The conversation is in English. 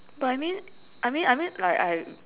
but I mean I mean I mean like I